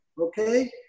okay